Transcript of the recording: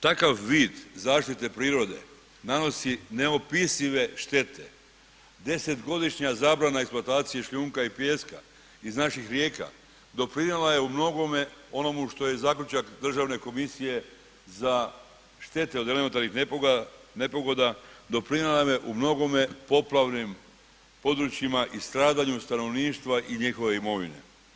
Takav vid zaštite prirode nanosi neopisive štete, 10 godišnja zabrana eksploatacije šljunka i pijeska iz naših rijeka doprinijela je u mnogome onome što je zaključak državne komisije za štete od elementarnih nepogoda, doprinijela nam je u mnogome poplavljenim područjima i stradanju stanovništva i njihove imovine.